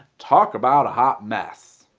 talk about a hot mess.